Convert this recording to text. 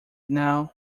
now